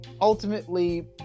ultimately